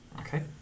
Okay